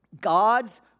God's